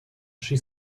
she